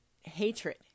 hatred